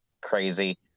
crazy